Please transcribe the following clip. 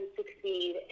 succeed